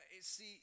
See